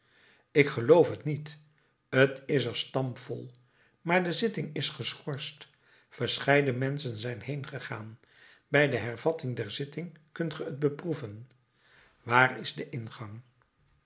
ik geloof t niet t is er stampvol maar de zitting is geschorst verscheiden menschen zijn heengegaan bij de hervatting der zitting kunt ge t beproeven waar is de ingang